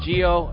Geo